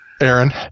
Aaron